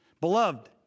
beloved